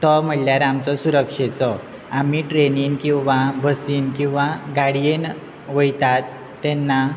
तो म्हणल्यार आमचो सुरक्षेचो आमी ट्रेनीन किंवां बसीन किंवां गाडयेन वयतात तेन्ना